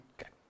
Okay